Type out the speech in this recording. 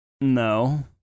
No